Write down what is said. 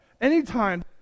anytime